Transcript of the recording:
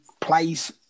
plays